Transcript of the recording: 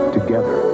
Together